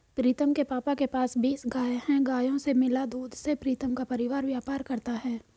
प्रीतम के पापा के पास बीस गाय हैं गायों से मिला दूध से प्रीतम का परिवार व्यापार करता है